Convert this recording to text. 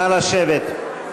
נא לשבת.